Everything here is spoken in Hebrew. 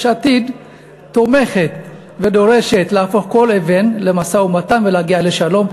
עתיד תומכת ודורשת להפוך כל אבן במשא-ומתן ולהגיע לשלום.